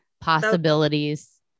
Possibilities